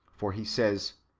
for he says,